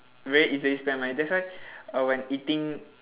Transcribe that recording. very easily spend money that's why err when eating